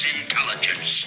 intelligence